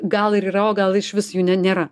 gal ir yra o gal išvis jų ne nėra